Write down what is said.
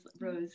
Rose